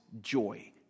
joy